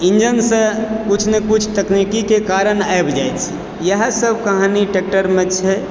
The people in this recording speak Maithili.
इंजनसँ कुछ नहि कुछ तकनीकीके कारण आबि जैत छै इएहए सभ कहानी ट्रैक्टरमऽ छै